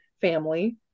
family